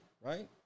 Right